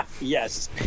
Yes